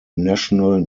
national